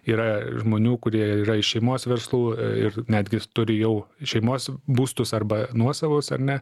yra žmonių kurie yra iš šeimos verslų ir netgi turi jau šeimos būstus arba nuosavus ar ne